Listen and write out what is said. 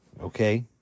okay